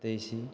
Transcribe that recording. ସତେଇଶ